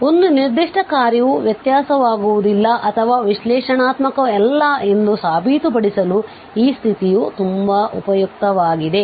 ಆದ್ದರಿಂದ ಒಂದು ನಿರ್ದಿಷ್ಟ ಕಾರ್ಯವು ವ್ಯತ್ಯಾಸವಾಗುವುದಿಲ್ಲ ಅಥವಾ ಅದು ವಿಶ್ಲೇಷಣಾತ್ಮಕವಲ್ಲ ಎಂದು ಸಾಬೀತುಪಡಿಸಲು ಈ ಸ್ಥಿತಿಯು ತುಂಬಾ ಉಪಯುಕ್ತವಾಗಿದೆ